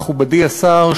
מכובדי השר,